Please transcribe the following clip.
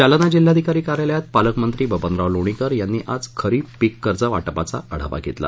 जालना जिल्हाधिकारी कार्यालयात पालकमंत्री बबनराव लोणीकर यांनी आज खरीप पीककर्ज वाटपाचा आढावा घेतला